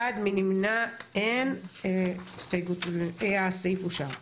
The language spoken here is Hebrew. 1 נמנעים, אין הסעיף אושר.